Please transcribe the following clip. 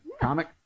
comic